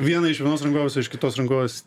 vieną iš vienos rankovės o iš kitos rankovės